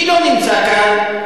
מי לא נמצא כאן?